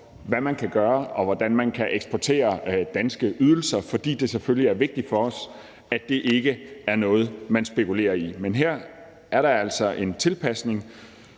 hvad man kan gøre, og hvordan man kan eksportere danske ydelser, fordi det selvfølgelig er vigtigt for os, at det ikke er noget, man spekulerer i. Men her er der altså en tilpasning,